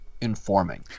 informing